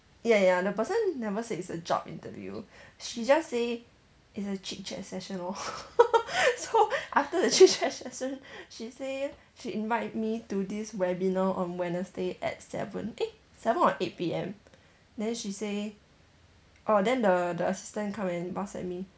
ya ya the person never said it's a job interview she just say it's a chit chat session lor so after the chit chat session she say she invite me to this webinar on wednesday at seven eh seven or eight P_M then she say orh then the the assistant come and whatsapp me